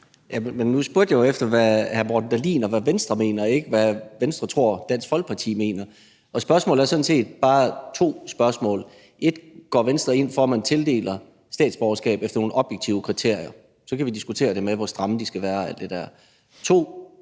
(EL): Nu spurgte jeg jo efter, hvad hr. Morten Dahlin og Venstre mener og ikke, hvad Venstre tror Dansk Folkeparti mener. Der er sådan set bare to spørgsmål: 1) Går Venstre ind for, at man tildeler statsborgerskab efter nogle objektive kriterier? Og så kan vi diskutere, hvor stramme de skal være, og alt det der. 2)